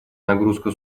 нагрузка